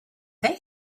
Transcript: they